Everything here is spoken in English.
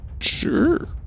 sure